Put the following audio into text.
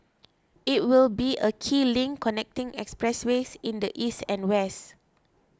it will be a key link connecting expressways in the east and west